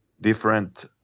different